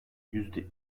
yüzde